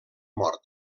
mort